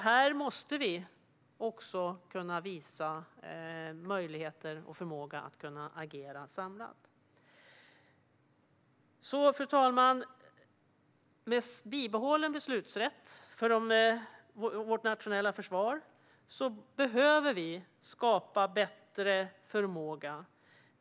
Här måste vi också kunna visa möjligheter och förmåga att agera samlat. Fru talman! Med bibehållen beslutsrätt för vårt nationella försvar behöver vi skapa en bättre förmåga.